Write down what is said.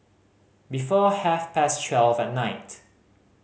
before half past twelve at night